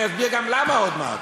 אני אסביר גם למה עוד מעט.